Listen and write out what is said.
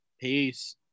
Peace